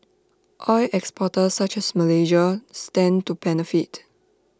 oil exporters such as Malaysia stand to benefit